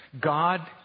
god